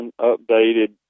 updated